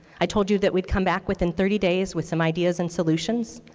i told you that we'd come back within thirty days with some ideas and solutions.